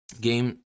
game